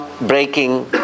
breaking